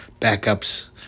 backups